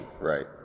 right